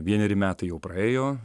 vieneri metai jau praėjo